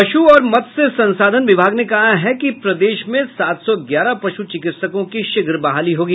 पशु और मत्स्य संसाधन विभाग ने कहा है कि प्रदेश में सात सौ ग्यारह पशु चिकित्सकों की शीघ्र बहाली होगी